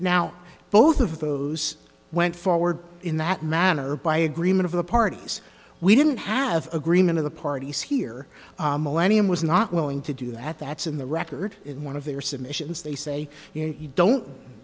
now both of those went forward in that manner by agreement of the parties we didn't have agreement of the parties here and was not willing to do at that's in the record in one of their submissions they say you know you don't